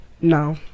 no